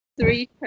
three